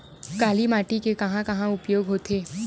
काली माटी के कहां कहा उपयोग होथे?